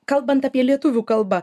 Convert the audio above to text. kalbant apie lietuvių kalbą